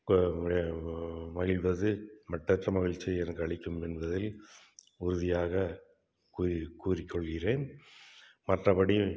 மகிழ்வது மற்றற்ற மகிழ்ச்சியை எனக்கு அளிக்கும் என்பதில் உறுதியாக கூறி கூறிக் கொள்கிறேன் மற்றபடி